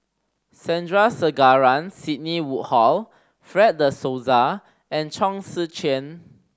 Sandrasegaran Sidney Woodhull Fred De Souza and Chong Tze Chien